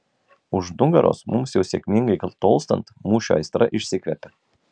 už nugaros mums jau sėkmingai tolstant mūšio aistra išsikvepia